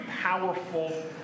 powerful